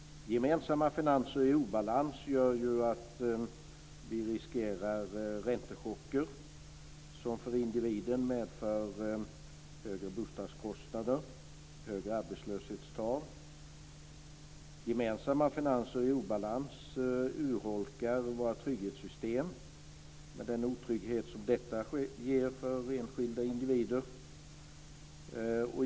Gemensamma finanser i obalans gör att vi riskerar räntechocker som för individen medför högre bostadskostnader och som medför högre arbetslöshetstal. Gemensamma finanser i obalans urholkar våra trygghetssystem, med den otrygghet som detta ger för enskilda individer.